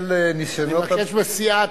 בשל ניסיונות הפגיעה